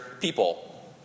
people